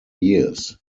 years